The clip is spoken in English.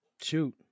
Shoot